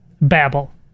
babble